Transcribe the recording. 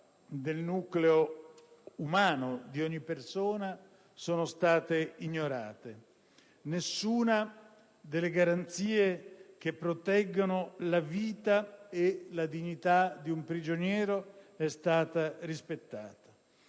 del nucleo umano di ogni persona, sono state ignorate: nessuna delle garanzie che proteggono la vita e la dignità di un prigioniero è stata rispettata.